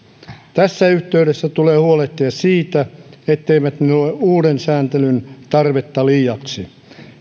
tässä yhteydessä tulee huolehtia siitä etteivät ne luo uuden sääntelyn tarvetta liiaksi